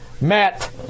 Matt